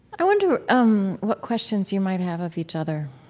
i wonder um what questions you might have of each other